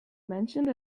mentioned